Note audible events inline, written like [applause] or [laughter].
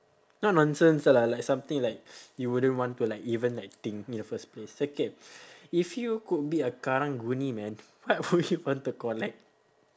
not nonsense lah like something like [breath] you wouldn't want to like even like think in the first place okay [breath] if you could be a karang guni man what would you want to collect